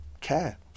care